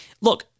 look